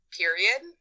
period